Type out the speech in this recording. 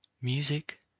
music